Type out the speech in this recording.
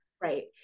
Right